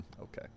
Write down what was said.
okay